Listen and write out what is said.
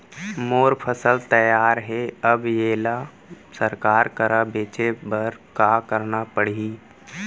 मोर फसल तैयार हे अब येला सरकार करा बेचे बर का करना पड़ही?